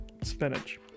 spinach